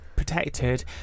protected